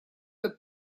del